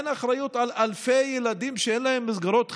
אין אחריות על אלפי ילדים שאין להם מסגרות חינוך?